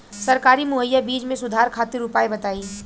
सरकारी मुहैया बीज में सुधार खातिर उपाय बताई?